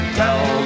tell